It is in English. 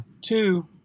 Two